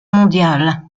mondiale